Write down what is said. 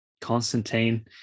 Constantine